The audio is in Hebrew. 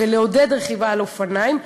לעודד רכיבה על אופניים.